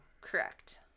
Correct